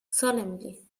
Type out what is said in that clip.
solemnly